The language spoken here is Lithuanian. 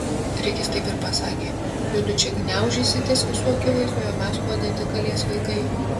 rikis taip ir pasakė judu čia gniaužysitės visų akivaizdoje o mes kuo dėti kalės vaikai